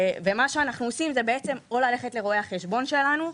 ומה שאנחנו עושים הוא בעצם ללכת לרואי החשבון שלנו,